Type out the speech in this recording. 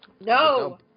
No